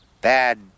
bad